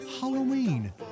Halloween